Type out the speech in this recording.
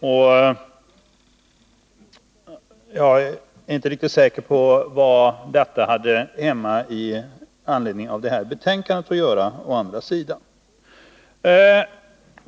Men jag är inte riktigt säker på vad den uppgiften hade här att göra, i anledning av detta betänkande.